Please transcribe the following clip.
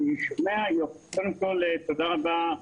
תודה רבה,